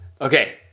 Okay